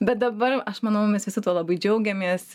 bet dabar aš manau mes visi tuo labai džiaugiamės